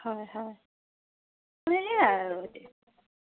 মানে সেয়াই আৰু